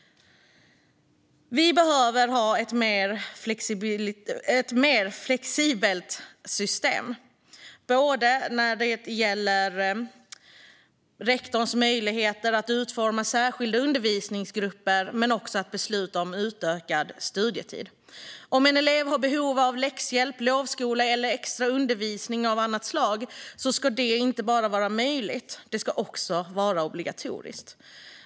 Vi behöver ha ett mer flexibelt system både när det gäller rektorns möjligheter att utforma särskilda undervisningsgrupper och när det gäller att besluta om utökad studietid. Om en elev har behov av läxhjälp, lovskola eller extra undervisning av annat slag ska detta inte bara vara möjligt utan obligatoriskt.